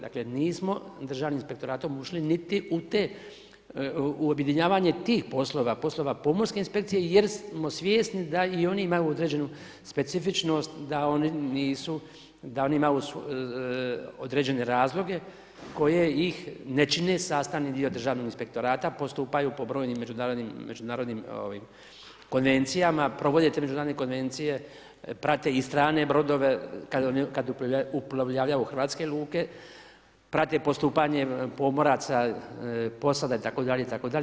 Dakle nismo Državnim inspektoratom ušli niti u te, u objedinjavanje tih poslova, poslova pomorske inspekcije jer smo svjesni da i oni imaju određenu specifičnost da oni nisu, da oni imaju određene razloge koje ih ne čine sastavni dio državnog inspektorata, postupaju po brojnim međunarodnim konvencijama, provode te međunarodne konvencije, prate i strane brodove kad uplovljavaju u hrvatske luke, prate postupanje pomoraca, posada itd., itd.